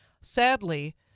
sadly